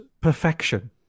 perfection